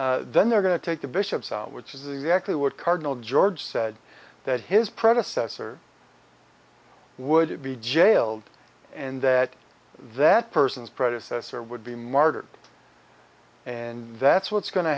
out then they're going to take the bishops out which is exactly what cardinal george said that his predecessor would be jailed and that that person's predecessor would be martyred and that's what's go